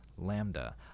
Lambda